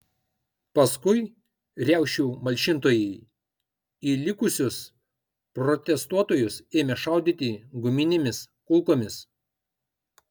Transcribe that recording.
paskui riaušių malšintojai į likusius protestuotojus ėmė šaudyti guminėmis kulkomis